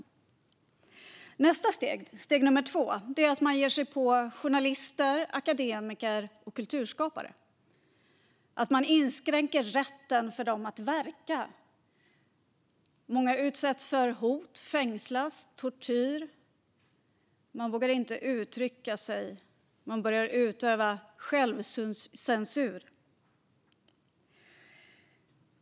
I nästa steg ger man sig på journalister, akademiker och kulturskapare och inskränker deras rätt att verka. Många utsätts för hot, fängelse och tortyr och vågar inte längre uttrycka sig utan börjar utöva självcensur.